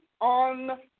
on